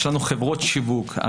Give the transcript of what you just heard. יש לנו חברות שיווק,